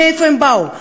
מאיפה הם באו,